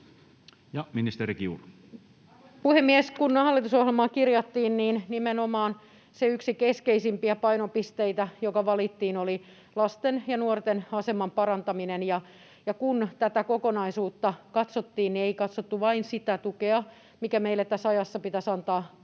Content: Arvoisa puhemies! Kun hallitusohjelmaa kirjattiin, niin nimenomaan yksi keskeisimpiä painopisteitä, joka valittiin, oli lasten ja nuorten aseman parantaminen. Kun tätä kokonaisuutta katsottiin, niin ei katsottu vain sitä tukea, mikä meillä tässä ajassa pitäisi antaa perheiden